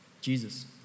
Jesus